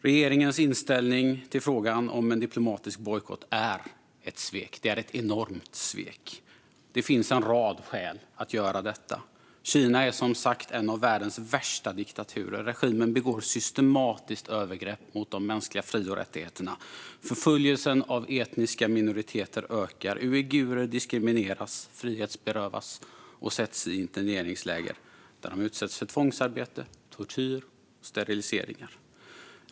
Regeringens inställning till frågan om en diplomatisk bojkott är ett svek. Det är ett enormt svek. Det finns en rad skäl att göra detta. Kina är som sagt en av världens värsta diktaturer. Regimen begår systematiskt övergrepp mot de mänskliga fri och rättigheterna. Förföljelsen av etniska minoriteter ökar. Uigurer diskrimineras, frihetsberövas och sätts i interneringsläger, där de utsätts för tvångarbete, tortyr och steriliseringar.